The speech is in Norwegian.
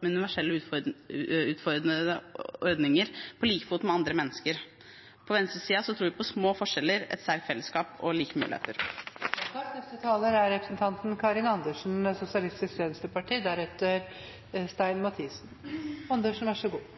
universelle ordninger på like fot med andre mennesker. På venstresiden tror vi på små forskjeller, et sterkt fellesskap og like muligheter. Jeg vil fortsette der representanten